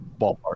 Ballpark